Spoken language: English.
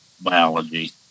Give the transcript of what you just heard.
biology